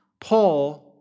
Paul